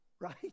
right